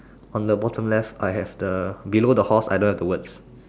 on the bottom left I have the below the horse I don't have the words